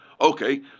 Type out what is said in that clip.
Okay